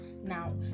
now